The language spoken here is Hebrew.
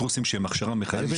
קורסים שהם הכשרה מחיבת.